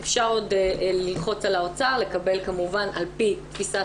אפשר עוד ללחוץ על האוצר לקבל כמובן על פי תפיסת